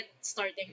starting